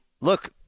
look